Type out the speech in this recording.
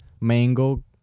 mango